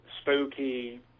spooky